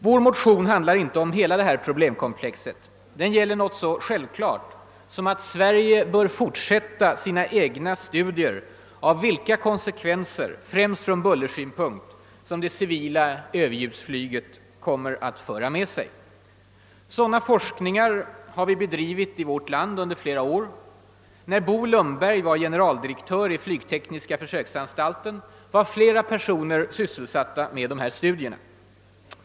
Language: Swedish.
Vår motion handlar inte om hela detta problemkomplex. Den gäller något så självklart som att Sverige bör fortsätta sina egna studier av vilka konsekvenser främst från bullersynpunkt, som det civila överljudsflyget kommer att föra med sig. Sådana forskningar har vi bedrivit i vårt land under flera år. När Bo Lundberg var generaldirektör i flygtekniska försöksanstalten var flera personer sysselsatta med dem.